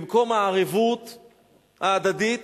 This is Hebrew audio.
במקום הערבות ההדדית,